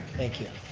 thank you.